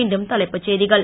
மீண்டும் தலைப்புச் செய்திகள்